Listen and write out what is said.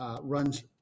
runs